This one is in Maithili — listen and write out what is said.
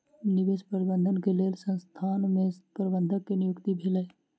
निवेश प्रबंधन के लेल संसथान में प्रबंधक के नियुक्ति भेलै